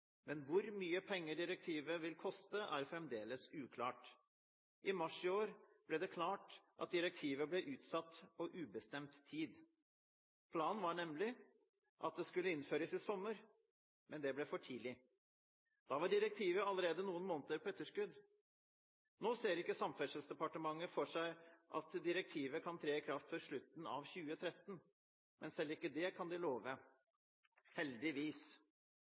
men hvor mye penger direktivet vil koste, er fremdeles uklart. I mars i år ble det klart at direktivet ble utsatt på ubestemt tid. Planen var nemlig at det skulle innføres i sommer, men det ble for tidlig. Da var direktivet allerede noen måneder på etterskudd. Nå ser ikke Samferdselsdepartementet for seg at direktivet kan tre i kraft før slutten av 2013, men selv ikke det kan de love – heldigvis.